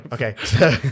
Okay